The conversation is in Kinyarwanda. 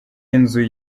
inzu